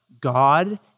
God